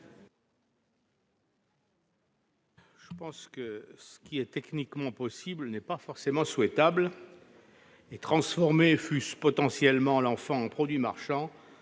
n° 49. Ce qui est techniquement possible n'est pas forcément souhaitable. Transformer, fût-ce potentiellement, l'enfant en produit marchand